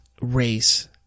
race